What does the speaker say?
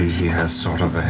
he has sort of ah